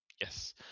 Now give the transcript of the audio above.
Yes